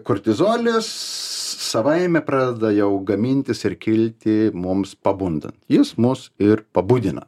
kortizolis savaime pradeda jau gamintis ir kilti mums pabundant jis mus ir pabudina